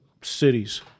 cities